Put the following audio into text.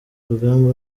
rugamba